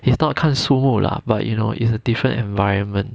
it's not 看树木 lah but you know it's a different environment